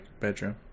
bedroom